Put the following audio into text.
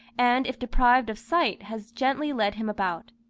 and if deprived of sight has gently led him about.